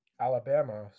Alabama